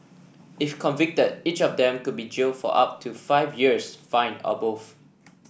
if convicted each of them could be jailed for up to five years fined or both